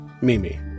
Mimi